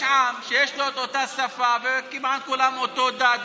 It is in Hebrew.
יש עם שיש לו את אותה שפה וכמעט לכולם אותו דת ומנהגים,